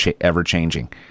ever-changing